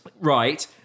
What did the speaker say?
Right